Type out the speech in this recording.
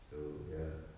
so ya